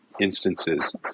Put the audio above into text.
instances